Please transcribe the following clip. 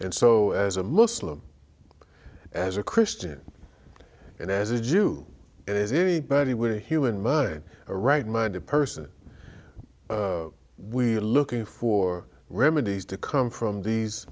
and so as a muslim as a christian and as a jew as anybody with a human mud a right minded person we're looking for remedies to come from these